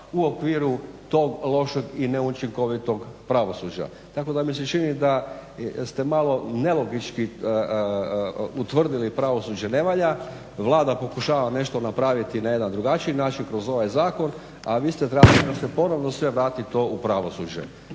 u okviru tog lošeg i neučinkovitog pravosuđa. Tako da mi se čini da ste malo nelogički utvrdili pravosuđe ne valja. Vlada pokušava nešto napraviti na jedan drugačiji zakon, a vi ste … ponovno vrati to u pravosuđe,